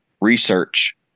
research